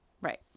Right